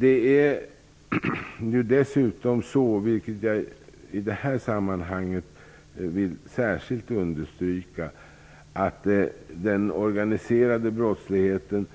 Det är dessutom så, vilket jag i detta sammanhang särskilt vill understryka, att den organiserade brottsligheten